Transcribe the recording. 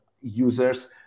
users